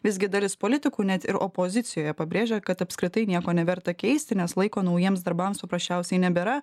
visgi dalis politikų net ir opozicijoje pabrėžia kad apskritai nieko neverta keisti nes laiko naujiems darbams paprasčiausiai nebėra